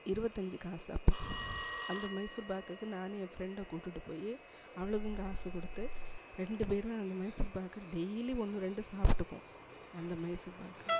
இருவத்தஞ்சு காசு அப்போது அந்த மைசூர் பாக்குக்கு நானும் என் ஃப்ரெண்டை கூட்டுகிட்டு போய் அவளுக்கும் காசு கொடுத்து ரெண்டு பேரும் அந்த மைசூர் பாக்கை டெய்லி ஒன்று ரெண்டு சாப்பிட்டுக்குவோம் அந்த மைசூர் பாக்கை